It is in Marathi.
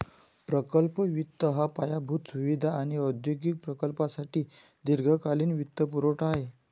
प्रकल्प वित्त हा पायाभूत सुविधा आणि औद्योगिक प्रकल्पांसाठी दीर्घकालीन वित्तपुरवठा आहे